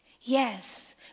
yes